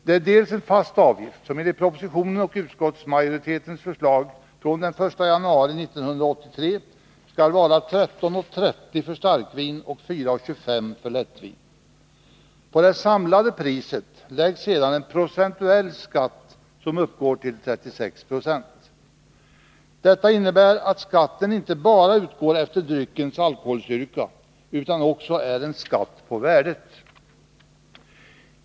Dels är det en fast avgift som enligt propositionens och utskottsmajoritetens förslag från den 1 januari 1983 skall vara 13:30 för starkvin och 4:25 för lättvin, dels lägger man på det samlade priset en procentuell skatt som uppgår till 36 20. Detta innebär att skatten inte bara utgår efter dryckens alkoholstyrka utan också är en skatt på värdet.